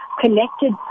connected